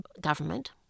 government